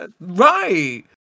Right